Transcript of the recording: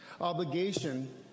obligation